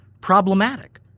problematic